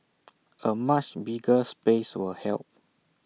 A much bigger space will help